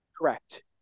Correct